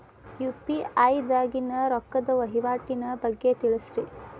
UPI ದಾಗಿನ ರೊಕ್ಕದ ವಹಿವಾಟಿನ ಬಗ್ಗೆ ತಿಳಸ್ರಿ